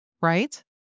right